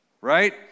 right